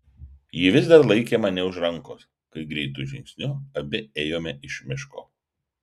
ji vis dar laikė mane už rankos kai greitu žingsniu abi ėjome iš miško